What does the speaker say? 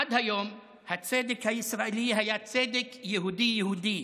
עד היום הצדק הישראלי היה צדק יהודי-יהודי,